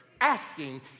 asking